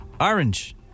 orange